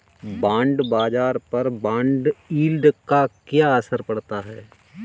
Bond बाजार पर bond yield का क्या असर पड़ता है?